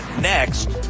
next